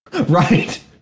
right